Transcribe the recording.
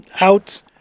out